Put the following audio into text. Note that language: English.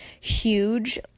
huge